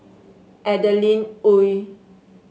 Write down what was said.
Adeline Ooi